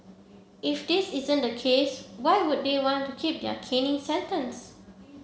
if this isn't the case why would they want to keep their caning sentence